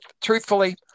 truthfully